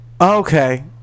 okay